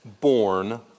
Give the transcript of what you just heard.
born